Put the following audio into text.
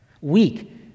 Weak